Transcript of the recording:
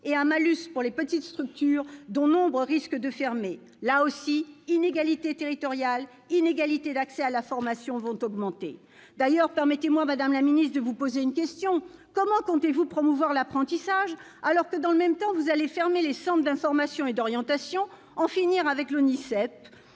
et un malus pour les petites structures, dont nombre risquent de fermer. Encore une fois, les inégalités territoriales et les inégalités d'accès à la formation vont augmenter. C'est vrai ! D'ailleurs, permettez-moi, madame la ministre, de vous poser une question : comment comptez-vous promouvoir l'apprentissage, alors que, dans le même temps, vous allez fermer les centres d'information et d'orientation, les CIO, en finir avec l'ONISEP,